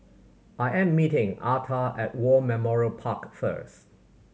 I am meeting Arta at War Memorial Park first